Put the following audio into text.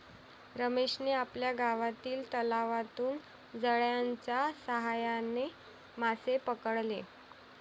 रमेशने आपल्या गावातील तलावातून जाळ्याच्या साहाय्याने मासे पकडले